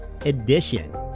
Edition